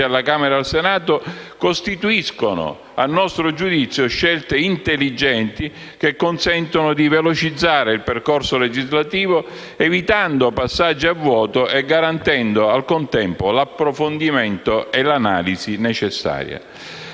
deputati e al Senato, costituiscono, a nostro giudizio, scelte intelligenti, che consentono di velocizzare il percorso legislativo, evitando passaggi a vuoto e garantendo al contempo l'approfondimento e l'analisi necessaria.